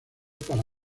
para